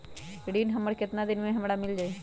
ऋण हमर केतना दिन मे हमरा मील जाई?